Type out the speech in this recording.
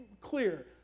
clear